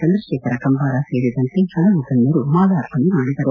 ಚಂದ್ರಶೇಖರ ಕಂಬಾರ ಸೇರಿದಂತೆ ಹಲವು ಗಣ್ಯರು ಮಾಲಾರ್ಪಣೆ ಮಾಡಿದರು